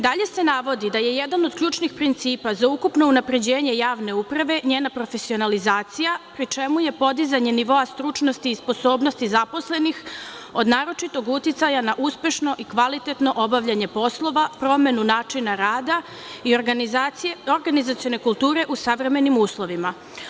Dalje se navodi da je jedan od ključnih principa za ukupno unapređenje javne uprave njena profesionalizacija, pri čemu je podizanje nivoa stručnosti i sposobnosti zaposlenih od naročitog uticaja na uspešno i kvalitetno obavljanje poslova, promenu načina rada i organizacione kulture u savremenim uslovima.